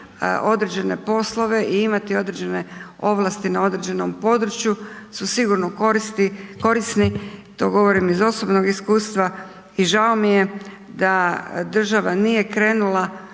određene poslove i imati određene ovlasti na određenom području su sigurno korisni, to govorim iz osobnog iskustva i žao mi je da država nije krenula,